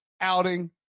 outing